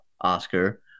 Oscar